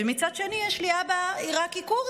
ומצד שני יש לי אבא עיראקי-כורדי,